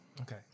okay